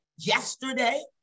Yesterday